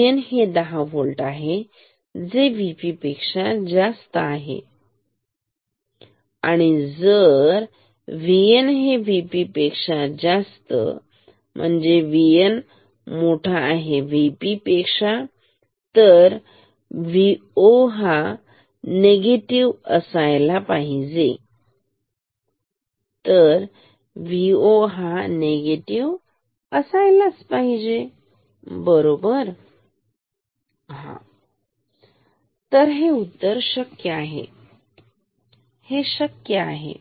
VN हे 10 volt आहे जे VP पेक्षा जास्त आहे ठीक आणि जर VN हे VP पेक्षा जास्त V N V P असेल तर Vo हा निगेटिव असायला पाहिजे ठीक तर Vo हा निगेटिव असायला पाहिजे बरोबर हो आहे तर हे उत्तर शक्य आहे हो तर हे शक्य आहे